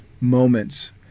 moments